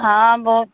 हाँ बहुत